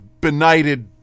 benighted